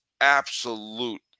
absolute